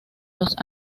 los